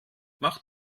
mach